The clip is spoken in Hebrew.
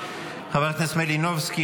חברת הכנסת מלינובסקי,